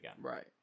right